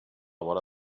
vora